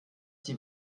die